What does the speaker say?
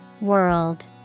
World